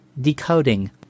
Decoding